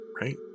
Right